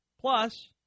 Plus